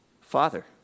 Father